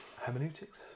Hermeneutics